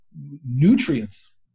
nutrients